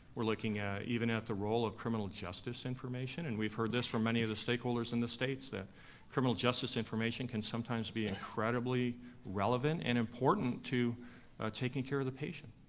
we're looking at even at the role of criminal justice information, and we've heard this from many of the stakeholders in the states that criminal justice information can sometimes be incredibly relevant and important to taking care of the patient.